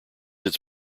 its